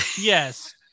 Yes